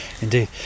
Indeed